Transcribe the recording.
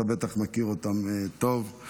אתה בטח מכיר אותם טוב,